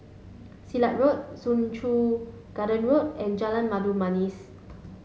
Silat Road Soo Chow Garden Road and Jalan Mabu Manis